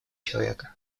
человека